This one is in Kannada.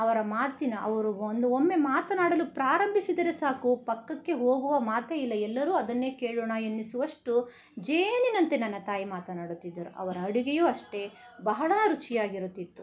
ಅವರ ಮಾತಿನ ಅವರು ಒಂದು ಒಮ್ಮೆ ಮಾತನಾಡಲು ಪ್ರಾರಂಭಿಸಿದರೆ ಸಾಕು ಪಕ್ಕಕ್ಕೆ ಹೋಗುವ ಮಾತೇ ಇಲ್ಲ ಎಲ್ಲರೂ ಅದನ್ನೇ ಕೇಳೋಣ ಎನ್ನಿಸುವಷ್ಟು ಜೇನಿನಂತೆ ನನ್ನ ತಾಯಿ ಮಾತನಾಡುತ್ತಿದ್ದರು ಅವರ ಅಡುಗೆಯೂ ಅಷ್ಟೆ ಬಹಳ ರುಚಿಯಾಗಿರುತ್ತಿತ್ತು